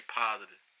positive